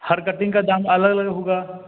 हर cutting का दाम अलग अलग होगा